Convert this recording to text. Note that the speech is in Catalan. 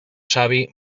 savi